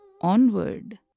onward